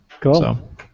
cool